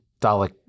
Dalek